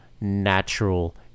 natural